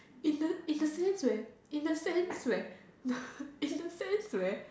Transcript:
in a in a sense where in a sense where in a sense where